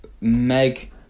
Meg